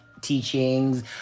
teachings